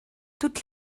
toute